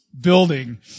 building